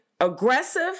aggressive